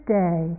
day